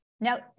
Now